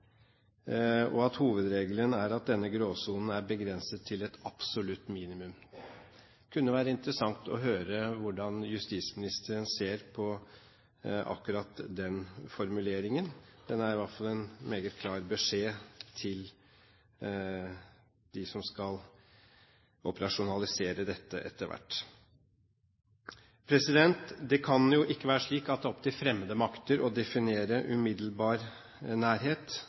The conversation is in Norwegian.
og at hovedreglen er at denne gråsonen er begrenset til et absolutt minimum. Det kunne vært interessant å høre hvordan justisministeren ser på akkurat den formuleringen. Den er i alle fall en meget klar beskjed til dem som skal operasjonalisere dette etter hvert. Det kan jo ikke være slik at det er opp til fremmede makter å definere «umiddelbar nærhet».